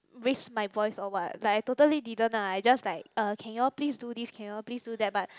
raise my voice or what like I totally didn't lah I just like uh can you all please do this can you all please do that but